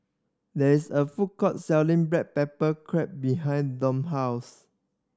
there is a food court selling black pepper crab behind Dom house